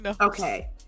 Okay